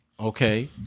Okay